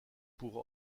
pour